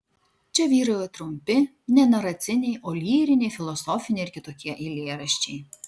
čia vyrauja trumpi ne naraciniai o lyriniai filosofiniai ir kitokie eilėraščiai